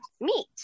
meat